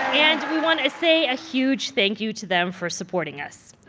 and we want to say a huge thank-you to them for supporting us.